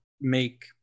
make